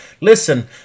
Listen